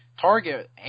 Target